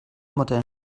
mutter